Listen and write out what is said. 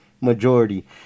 majority